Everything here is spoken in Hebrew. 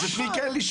זה הכול.